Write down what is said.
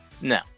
No